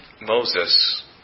Moses